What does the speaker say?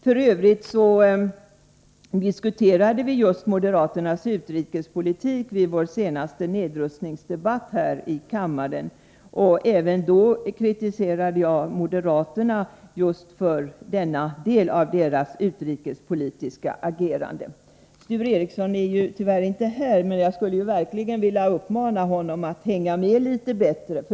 För övrigt diskuterade vi just moderaternas utrikespolitik vid vår senaste nedrustningsdebatt här i kammaren, och även då kritiserade jag moderaterna för denna del av deras utrikespolitiska agerande. Nu är Sture Ericson tyvärr inte här, men jag skulle verkligen vilja uppmana honom att hänga med litet bättre.